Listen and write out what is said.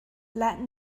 latin